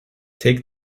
take